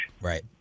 Right